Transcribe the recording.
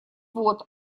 вот